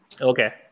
Okay